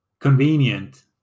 Convenient